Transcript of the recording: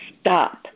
stop